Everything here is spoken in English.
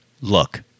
look